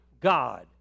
God